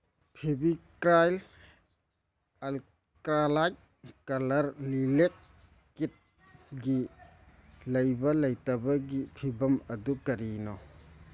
Fevicryl acrylic colour ꯂꯤꯂꯦꯛ ꯀꯤꯠꯀꯤ ꯂꯩꯕ ꯂꯩꯇꯕꯒꯤ ꯐꯤꯕꯝ ꯑꯗꯨ ꯀꯔꯤꯅꯣ